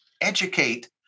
educate